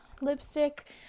lipstick